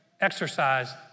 exercise